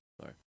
Sorry